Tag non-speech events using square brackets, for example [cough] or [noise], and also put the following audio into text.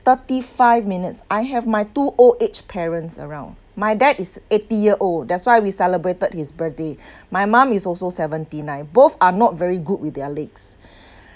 thirty five minutes I have my two old age parents around my dad is eighty year old that's why we celebrated his birthday [breath] my mum is also seventy nine both are not very good with their legs [breath]